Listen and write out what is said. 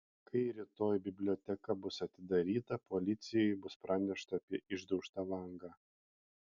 kai rytoj biblioteka bus atidaryta policijai bus pranešta apie išdaužtą langą